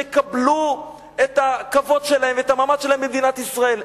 שיקבלו את הכבוד שלהם ואת המעמד שלהם במדינת ישראל.